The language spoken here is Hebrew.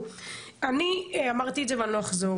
תראו, אני אמרתי את זה ואני לא אחזור.